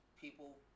people